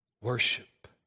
Worship